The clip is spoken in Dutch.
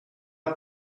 had